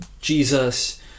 Jesus